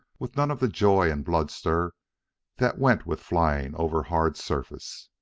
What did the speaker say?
with none of the joy and blood-stir that went with flying over hard surface.